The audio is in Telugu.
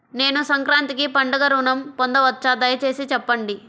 నేను సంక్రాంతికి పండుగ ఋణం పొందవచ్చా? దయచేసి చెప్పండి?